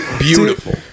Beautiful